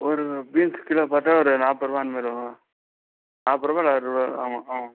ஒரு beans kilo பார்த்தா ஒரு நாற்பது ரூவா அந்த மாதிரி வருங்க நாற்பது ரூவா இல்லை அறுபது ஆமாம் ஆமாம்